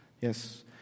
yes